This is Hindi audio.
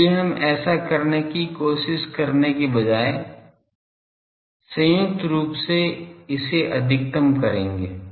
इसलिए हम ऐसा करने की कोशिश करने के बजाय संयुक्त रूप से इसे अधिकतम करेंगे